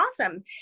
awesome